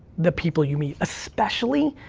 the people you meet. especially,